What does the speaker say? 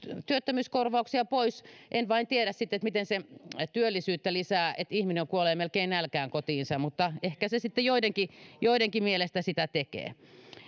työttömyyskorvauksia pois en vain tiedä sitten miten se työllisyyttä lisää että ihminen kuolee melkein nälkään kotiinsa mutta ehkä se sitten joidenkin joidenkin mielestä sitä tekee